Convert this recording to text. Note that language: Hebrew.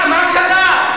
מה קרה?